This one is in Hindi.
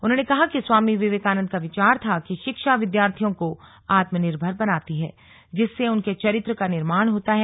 उन्होंने कहा कि स्वामी विवेकानंद का विचार था कि शिक्षा विद्यार्थियों को आत्मनिर्भर बनाती है जिससे उनके चरित्र का निर्माण होता है